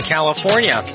California